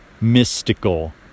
mystical